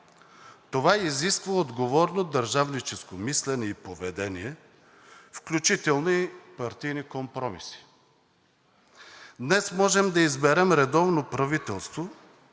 Това изисква отговорно държавническо мислене и поведение, включително и партийни компромиси. Днес можем да изберем редовно правителство.